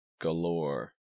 galore